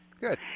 Good